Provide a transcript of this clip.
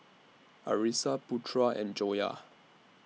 Arissa Putra and Joyah